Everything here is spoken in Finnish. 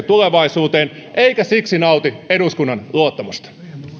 tulevaisuuteen eikä siksi nauti eduskunnan luottamusta